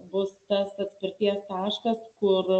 bus tas atspirties taškas kur